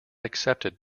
accepted